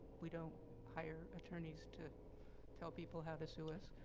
we don't hire attorneys to tell people how to sue us.